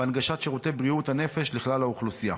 והנגשת שירותי בריאות הנפש לכלל האוכלוסייה.